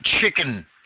chicken